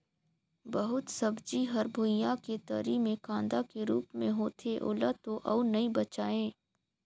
बहुत सब्जी हर भुइयां के तरी मे कांदा के रूप मे होथे ओला तो अउ नइ बचायें